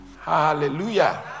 Hallelujah